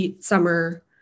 summer